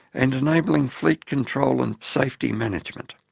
and enabling fleet control and safety management.